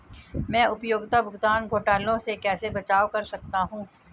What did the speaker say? मैं उपयोगिता भुगतान घोटालों से कैसे बचाव कर सकता हूँ?